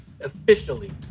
officially